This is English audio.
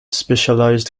specialized